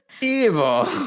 evil